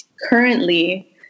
currently